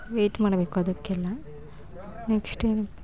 wait ಮಾಡಬೇಕು ಅದಕ್ಕೆಲ್ಲ